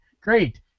Great